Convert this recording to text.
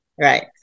Right